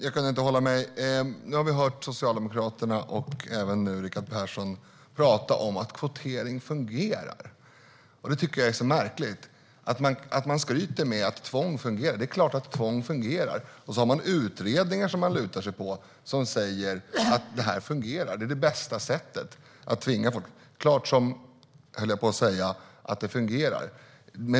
Herr talman! Vi har hört Socialdemokraterna och nu Miljöpartiets Rickard Persson tala om att kvotering fungerar. Det är märkligt att skryta med att tvång fungerar. Det är klart att tvång fungerar. Man lutar sig mot utredningar som säger att detta fungerar och att det är det bästa sättet. Klart som ., höll jag på att säga, att tvång fungerar.